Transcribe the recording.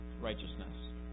righteousness